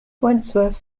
wentworth